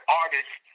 artists